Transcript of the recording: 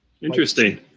interesting